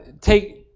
take